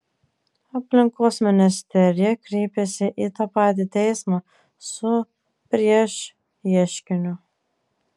aplinkos ministerija kreipėsi į tą patį teismą su priešieškiniu